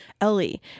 Ellie